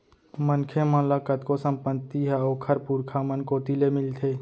मनखे मन ल कतको संपत्ति ह ओखर पुरखा मन कोती ले मिलथे